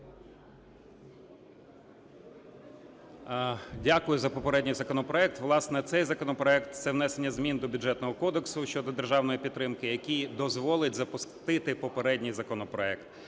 Дякую за попередній законопроект. Власне, цей законопроект – це внесення змін до Бюджетного кодексу щодо державної підтримки, який дозволить запустити попередній законопроект.